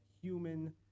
human